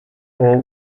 all